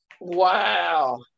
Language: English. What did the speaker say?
Wow